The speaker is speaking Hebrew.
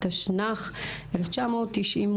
התשנ"ח-1998.